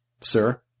Sir